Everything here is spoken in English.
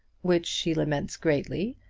which she laments greatly,